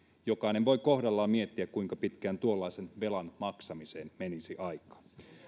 jokainen voi kohdallaan miettiä kuinka pitkään tuollaisen velan maksamiseen menisi aikaa